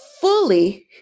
fully